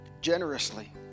generously